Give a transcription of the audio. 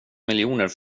miljoner